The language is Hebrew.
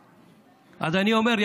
אז אני אומר,